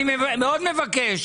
אני מאוד מבקש,